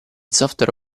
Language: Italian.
software